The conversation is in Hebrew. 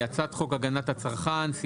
"הצעת חוק הגנת הצרכן (תיקון מס' )